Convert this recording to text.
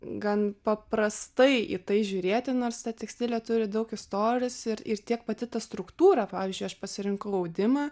gan paprastai į tai žiūrėti nors tekstilė turi daug istorijos ir tiek pati ta struktūra pavyzdžiui aš pasirinkau maudimą